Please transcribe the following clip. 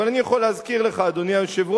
אבל אני יכול להזכיר לך, אדוני היושב-ראש,